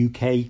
UK